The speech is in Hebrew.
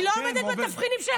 היא לא עומדת בתבחינים של לקבל נשק.